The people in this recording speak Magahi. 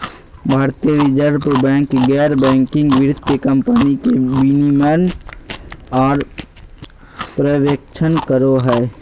भारतीय रिजर्व बैंक गैर बैंकिंग वित्तीय कम्पनी के विनियमन आर पर्यवेक्षण करो हय